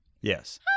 Yes